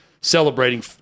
celebrating